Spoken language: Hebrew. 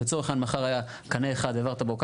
לצורך העניין אם היה קנה אחד שהעברת בו קו